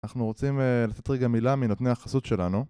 אנחנו רוצים לתת רגע מילה מנותני החסות שלנו